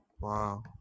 wow